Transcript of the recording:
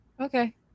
Okay